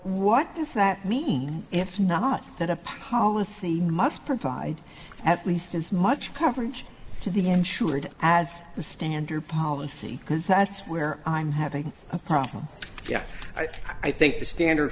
what does that mean if not that a policy must provide at least as much coverage to be ensured as the standard policy because that's where i'm having a problem yes i think the standard